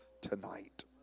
tonight